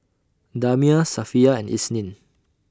Damia Safiya and Isnin